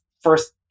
first